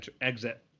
exit